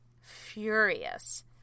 furious